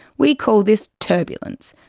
we call this turbulence.